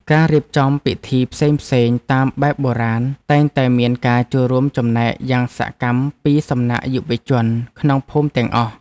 ការរៀបចំពិធីផ្សេងៗតាមបែបបុរាណតែងតែមានការចូលរួមចំណែកយ៉ាងសកម្មពីសំណាក់យុវជនក្នុងភូមិទាំងអស់។